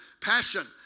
passion